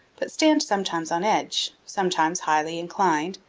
but stand sometimes on edge, sometimes highly inclined,